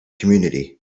community